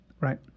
Right